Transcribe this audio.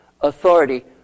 authority